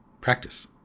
practice